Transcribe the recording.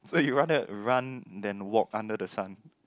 so you rather run than walk under the sun